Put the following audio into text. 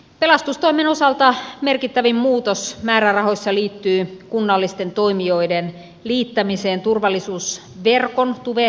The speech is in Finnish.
pelastustoimen osalta merkittävin muutos määrärahoissa liittyy kunnallisten toimijoiden liittämiseen turvallisuusverkon tuve palveluihin